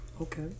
Okay